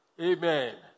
Amen